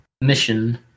Mission